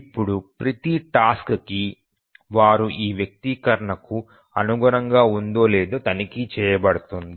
ఇప్పుడు ప్రతి టాస్క్ కి వారు ఈ వ్యక్తీకరణకు అనుగుణంగా ఉందో లేదో తనిఖీ చేయబడుతుంది